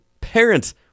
parents